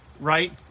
right